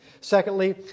Secondly